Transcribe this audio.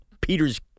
Peter's